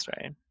right